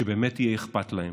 שבאמת יהיה אכפת להם.